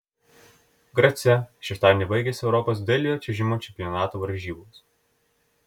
grace šeštadienį baigėsi europos dailiojo čiuožimo čempionato varžybos